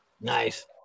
Nice